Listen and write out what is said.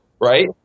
right